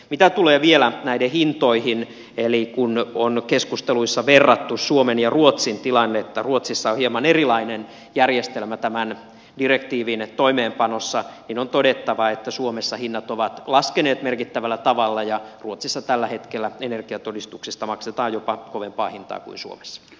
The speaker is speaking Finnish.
mitä tulee vielä näiden hintoihin kun on keskusteluissa verrattu suomen ja ruotsin tilannetta ja ruotsissa on hieman erilainen järjestelmä tämän direktiivin toimeenpanossa niin on todettava että suomessa hinnat ovat laskeneet merkittävällä tavalla ja ruotsissa tällä hetkellä energiatodistuksesta maksetaan jopa kovempaa hintaa kuin suomessa